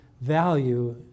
value